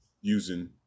using